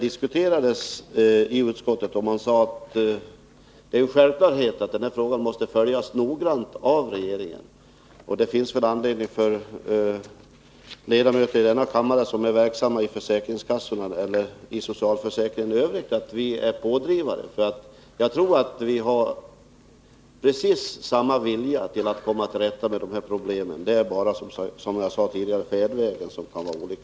I utskottet sades att det är en självklarhet att denna fråga måste följas noggrant av regeringen. Det finns väl anledning att vi ledamöter av denna kammare som är verksamma i försäkringskassorna eller inom socialförsäkringen i övrigt är pådrivare. Jag tror att vi har precis samma vilja att komma till rätta med dessa problem. Som jag sade tidigare är det bara i fråga om färdvägen som det skiljer sig.